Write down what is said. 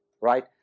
right